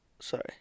Sorry